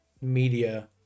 media